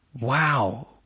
wow